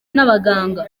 n’abaganga